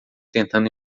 tentando